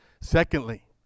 Secondly